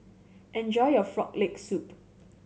enjoy your Frog Leg Soup